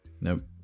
Nope